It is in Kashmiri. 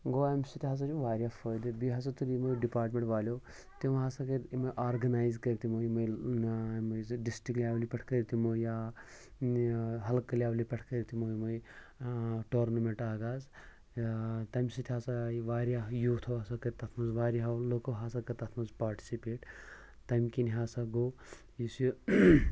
گوٚو اَمہِ سۭتۍ ہَسا چھُ واریاہ فٲیدٕ بیٚیہِ ہَسا تُلۍ یِمو ڈِپاٹمٮ۪نٛٹ والیو تِمو ہَسا کٔرۍ یِم آرگنایز کٔرۍ تِمو یِمَے یِمَے زٕ ڈِسٹِرٛک لٮ۪ولہِ پٮ۪ٹھ کٔرۍ تِمو یا ہلکہٕ لٮ۪ولہِ پٮ۪ٹھ کٔرۍ تِمو یِمَے ٹورنَمٮ۪نٛٹ آغاز تَمہِ سۭتۍ ہَسا آیہِ واریاہ یوٗتھو ہَسا کٔرۍ تَتھ منٛز واریاہو لُکو ہَسا کٔر تَتھ منٛز پاٹِسِپیٹ تَمہِ کِنۍ ہَسا گوٚو یُس یہِ